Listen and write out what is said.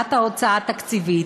והגבלת ההוצאה התקציבית,